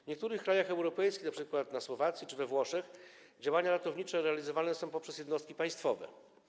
W niektórych krajach europejskich, np. na Słowacji czy we Włoszech, działania ratownicze realizowane są przez jednostki państwowe.